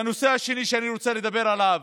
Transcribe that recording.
הנושא השני שאני רוצה לדבר עליו,